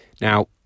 Now